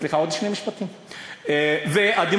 תודה.